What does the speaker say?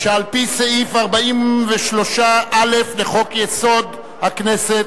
שעל-פי סעיף 43(א) לחוק-יסוד: הכנסת,